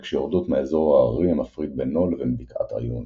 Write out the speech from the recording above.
שיורדות מהאזור ההררי המפריד בינו לבין בקעת עיון.